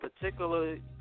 particularly